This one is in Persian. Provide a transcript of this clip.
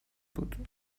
بود